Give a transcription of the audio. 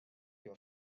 your